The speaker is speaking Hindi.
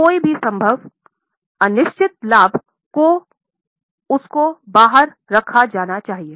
कोई भी संभव अनिश्चित लाभ की हों उसको बाहर रखा जाना चाहिए